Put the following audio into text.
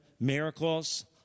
miracles